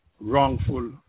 wrongful